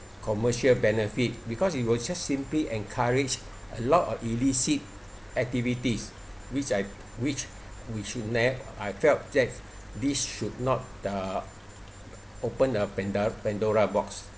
commercial benefit because it will just simply encourage a lot of illicit activities which I which we should ne~ I felt that this should not uh open a panda~ pandora box